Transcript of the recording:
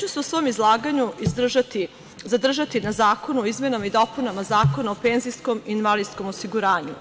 U svom izlaganju ću se zadržati na zakonu o izmenama i dopunama Zakona o penzijskom i invalidskom osiguranju.